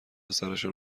سرشون